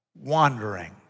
wandering